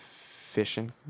Fishing